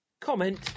comment